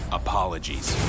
apologies